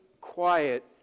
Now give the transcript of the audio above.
quiet